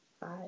five